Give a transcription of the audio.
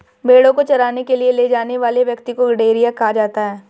भेंड़ों को चराने के लिए ले जाने वाले व्यक्ति को गड़ेरिया कहा जाता है